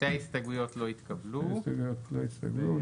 הצבעה ההסתייגות לא נתקבלה שתי ההסתייגויות לא התקבלו.